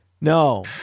No